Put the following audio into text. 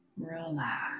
Relax